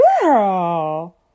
Girl